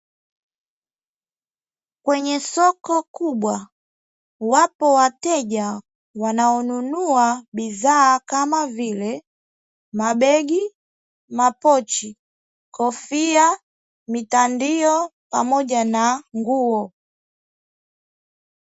Kwenye soko kubwa wapo wateja wanaonunua bidhaa, kama vile: mabegi, mapochi, kofia, mitandio pamoja na nguo.